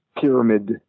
pyramid